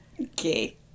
Okay